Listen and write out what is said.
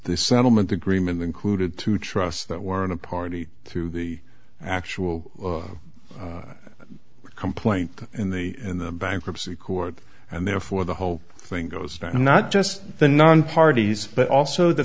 settlement agreement included to trust that we're in a party through the actual complaint in the in the bankruptcy court and therefore the whole thing goes not just the non parties but also the